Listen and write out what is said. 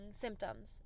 symptoms